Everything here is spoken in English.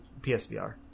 PSVR